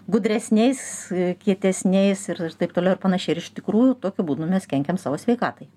gudresniais kietesniais ir ir taip toliau ir panašiai ir iš tikrųjų tokiu būdu mes kenkiam savo sveikatai